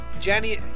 Jenny